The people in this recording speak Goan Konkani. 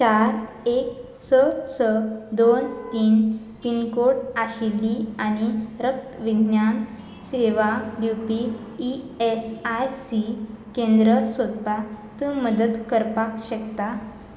चार एक स स दोन तीन पिनकोड आशिल्ली आनी रक्तविज्ञान सेवा दिवपी ई एस आय सी केंद्र सोदपाक तूं मदत करपाक शकता